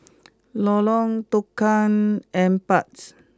Lorong Tukang Empat